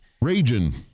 Raging